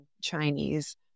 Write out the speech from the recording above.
Chinese